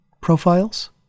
profiles